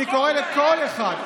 אני קורא לכל אחד,